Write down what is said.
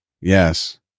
Yes